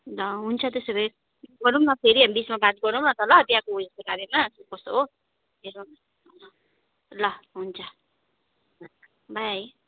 ल हुन्छ त्यसो भए गरौँ न फेरि बिचमा बात गरौँ न त ल त्यहाँको उयसको बारेमा के कसो हो ल हुन्छ बाई